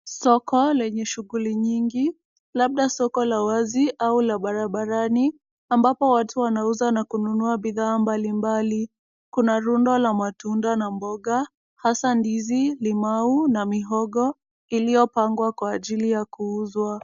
Soko lenye shughuli nyingi, labda soko la wazi au la barabarani, ambapo watu wanauza na kununua bidhaa mbalimbali. Kuna rundo la matunda na mboga, hasa ndizi, limau na mihogo, iliyopangwa kwa ajili ya kuuzwa.